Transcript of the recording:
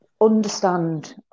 understand